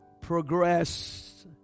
progress